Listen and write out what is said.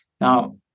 Now